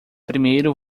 primeiro